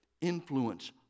influence